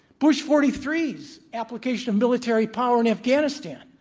bush forty three s application of military power in afghanistan,